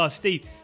Steve